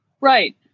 right